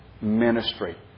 ministry